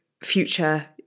future